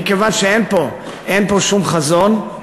מכיוון שאין פה שום חזון,